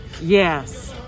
Yes